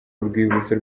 urwibutso